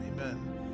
Amen